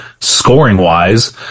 scoring-wise